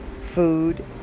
food